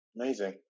Amazing